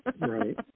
Right